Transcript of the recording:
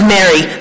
Mary